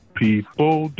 people